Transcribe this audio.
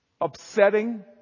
upsetting